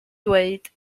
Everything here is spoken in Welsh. dweud